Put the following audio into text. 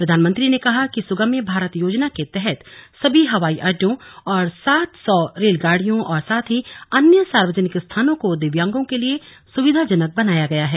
प्रधानमंत्री ने कहा कि सुगम्य भारत योजना के तहत सभी हवाई अड्डों सात सौ रेलगाडियों और अन्य सार्वजनिक स्थानों को दिव्यांगों के लिए सुविधाजनक बनाया गया है